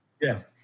Yes